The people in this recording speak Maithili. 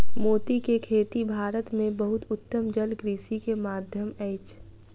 मोती के खेती भारत में बहुत उत्तम जलकृषि के माध्यम अछि